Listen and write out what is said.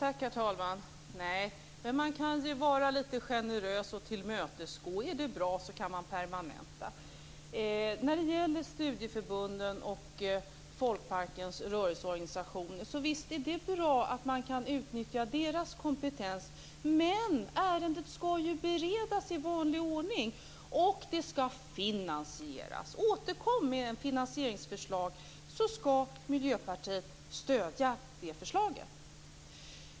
Herr talman! Nej, men man kan vara litet generös och tillmötesgående. Är det bra kan man permanenta verksamheten. Visst är det bra att man kan utnyttja studieförbundens och folkparkernas rörelseorganisationer kompetens. Men ärendet skall ju beredas i vanlig ordning, och det skall finansieras. Återkom med ett finansieringsförslag så skall Miljöpartiet stödja det förslaget.